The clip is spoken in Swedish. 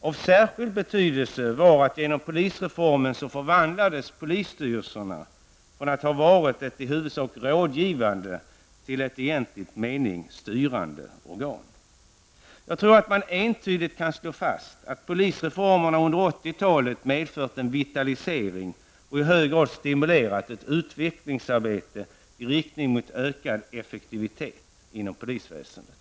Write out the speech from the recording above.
Av särskild betydelse var att genom polisreformen förvandlades polisstyrelserna från att ha varit ett i huvudsak rådgivande till ett i egentlig mening styrande organ. Jag tror att man entydigt kan slå fast att polisreformerna under 80-talet medfört en vitalisering och i hög grad stimulerat ett utvecklingsarbete i riktning mot ökad effektivitet inom polisväsendet.